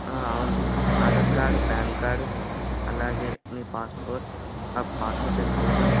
అవును Aadhaar card PAN card అలాగే మీ పాస్పోర్ట్ పా పాస్పోర్ట్ సైజ్ ఫోటో